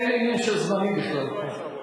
אין בכלל עניין של זמנים פה.